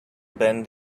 bend